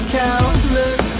countless